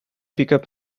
pickup